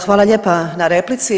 Hvala lijepa na replici.